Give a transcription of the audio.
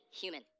human